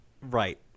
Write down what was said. Right